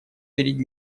перед